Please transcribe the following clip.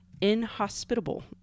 inhospitable